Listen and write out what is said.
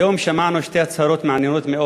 היום שמענו שתי הצהרות מעניינות מאוד.